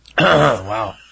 Wow